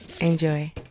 Enjoy